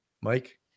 Mike